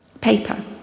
paper